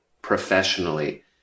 Professionally